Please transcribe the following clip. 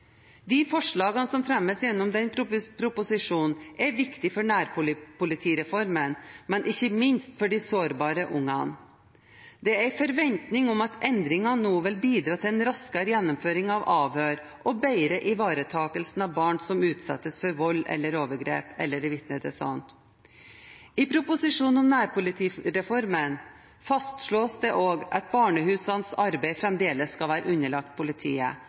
De forslagene som fremmes gjennom den proposisjonen, er viktige for nærpolitireformen, men ikke minst for de sårbare barna. Det er en forventning om at endringene vil bidra til en raskere gjennomføring av avhør og bedre ivaretakelse av barn som utsettes for vold eller overgrep, eller er vitne til slikt. I proposisjonen om nærpolitireformen fastslås det også at barnehusenes arbeid fremdeles skal være underlagt politiet,